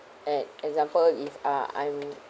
at example if uh I'm